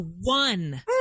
one